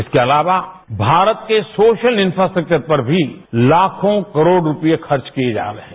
इसके अलावा भारत के सोशल इंफ्रास्ट्रक्वर पर भी लाखों करोड़ रूपये खर्च किए जा रहे हैं